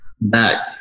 back